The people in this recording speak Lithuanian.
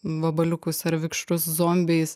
vabaliukus ar vikšrus zombiais